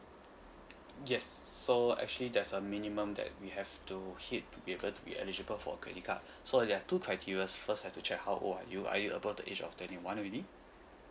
yes so actually there's a minimum that we have to hit to be able to be eligible for credit card so there're two criteria first have to check how old are you are you above the age of twenty one already